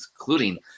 including